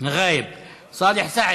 איננו,